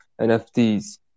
NFTs